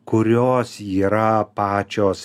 kurios yra pačios